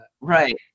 Right